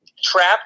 trapped